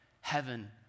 heaven